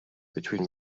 between